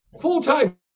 full-time